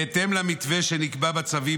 בהתאם למתווה שנקבע בצווים,